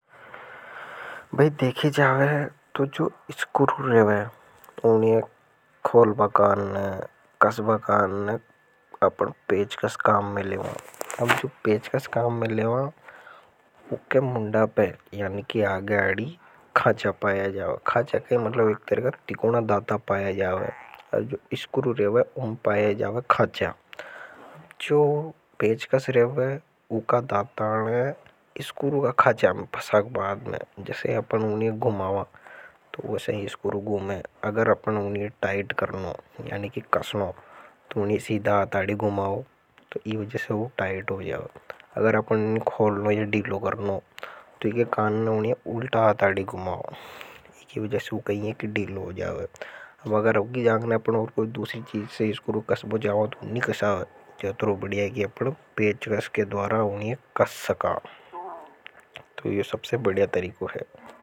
भई देखें जावे तो जो स्क्रू रेवे उन्हें खोल बा काना कश बा कान अपन पेच कश काम में लेवा हम जो पेच कश काम। में लेवा एक मुंडा पैर यानि कि आगे अड्डी कह चांचा पाए जाओ हच्चा के मतलब ऐक तिको ना दाता पाए जाओगा अब। इसको रहे हैं उन पाए जावे खांचा जो पेज कस रहे हैं उनका दातान है इसको रुगा खांचा में फसाक बाद में जैसे। अपने गुमावा तो वह सही स्क्रू गुम है अगर अपने ऊनी है टाइट करना यानि कि कसना तो नहीं सीधाहाथ आड़ी गुमाव तो। इसकी वजह से वह टाइट हो जाओ अगर अपने खोलना या डिलो करना तो यह कान ने उल्टा हांटाड़ी गुमाव इसकी वजह से। उनका दातान है कि डिलो हो जाओ अगर अगर उकी जाँगने अपने और कोई दूसरी चीज से स्क्रू कस्बों छावां तो नहीं कसाओ।